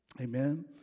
Amen